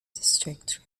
district